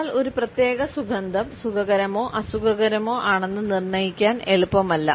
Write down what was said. എന്നാൽ ഒരു പ്രത്യേക സുഗന്ധം സുഖകരമോ അസുഖകരമോ ആണെന്ന് നിർണ്ണയിക്കാൻ എളുപ്പമല്ല